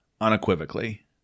unequivocally